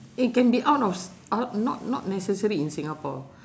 eh can be out of s~ out not not not necessary in singapore